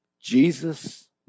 Jesus